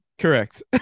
Correct